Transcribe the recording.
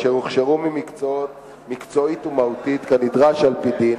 אשר הוכשרו מקצועית ומהותית כנדרש על-פי דין,